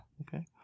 okay